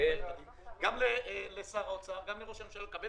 פניתי לשר האוצר ולראש הממשלה על מנת לקבל